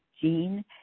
gene